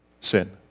sin